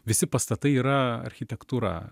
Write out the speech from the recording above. visi pastatai yra architektūra